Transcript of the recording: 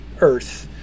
earth